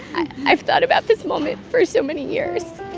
i've thought about this moment for so many years